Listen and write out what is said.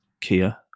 Kia